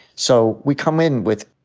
so we come in with,